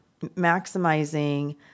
maximizing